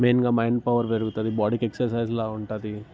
మెయిన్గా mind power పెరుగుతుంది బాడీకి ఎక్సర్సైజ్ లాగా ఉంటుంది